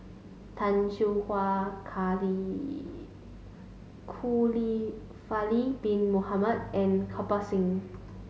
Tay Seow Huah bin Mohamed and Kirpal Singh